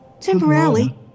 Temporarily